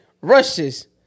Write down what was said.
Rushes